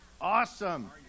Awesome